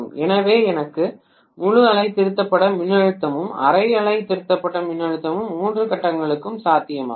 எனவே எனக்கு முழு அலை திருத்தப்பட்ட மின்னழுத்தமும் அரை அலை திருத்தப்பட்ட மின்னழுத்தமும் மூன்று கட்டங்களுடன் சாத்தியமாகும்